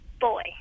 Boy